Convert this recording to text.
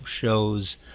shows